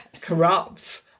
corrupt